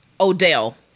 O'Dell